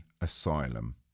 Asylum